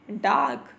dark